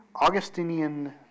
Augustinian